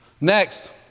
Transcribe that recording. Next